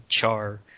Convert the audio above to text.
Char